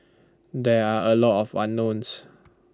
there are A lot of unknowns